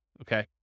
Okay